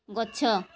ଗଛ